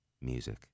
music